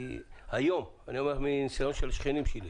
אני אומר מניסיון של שכנים שלי